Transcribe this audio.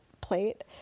plate